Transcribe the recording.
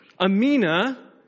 Amina